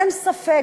אין ספק,